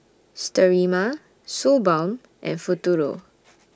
Sterimar Suu Balm and Futuro